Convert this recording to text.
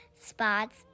spots